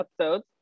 episodes